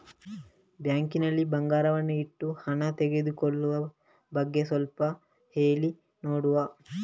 Bank ನಲ್ಲಿ ಬಂಗಾರವನ್ನು ಇಟ್ಟು ಹಣ ತೆಗೆದುಕೊಳ್ಳುವ ಬಗ್ಗೆ ಸ್ವಲ್ಪ ಹೇಳಿ ನೋಡುವ?